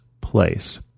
place